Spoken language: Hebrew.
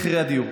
מחירי הדיור.